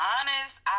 honest